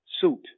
suit